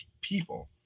people